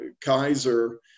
Kaiser